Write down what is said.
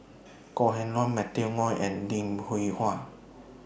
Kok Heng Leun Matthew Ngui and Lim Hwee Hua